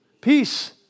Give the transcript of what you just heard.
Peace